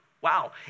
Wow